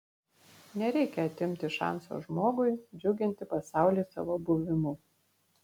nereikia atimti šanso žmogui džiuginti pasaulį savo buvimu